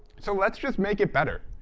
so let's just make it better.